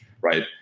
right